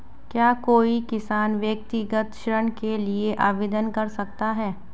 क्या कोई किसान व्यक्तिगत ऋण के लिए आवेदन कर सकता है?